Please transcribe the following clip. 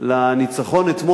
לניצחון אתמול,